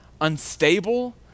unstable